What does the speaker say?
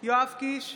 יואב קיש,